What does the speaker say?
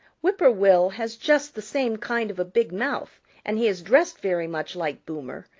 whip-poor-will has just the same kind of a big mouth and he is dressed very much like boomer,